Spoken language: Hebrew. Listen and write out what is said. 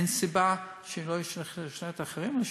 אין סיבה שאני לא אשכנע את האחרים להישאר.